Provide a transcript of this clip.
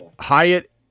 Hyatt